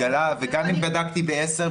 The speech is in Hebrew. גם אם בדקתי בשעה 10:00,